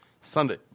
Sunday